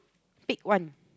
pick one